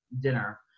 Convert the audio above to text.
dinner